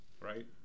Right